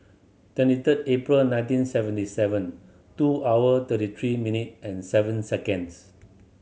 twenty third April nineteen seventy seven two hour thirty three minute and seven seconds